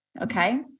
Okay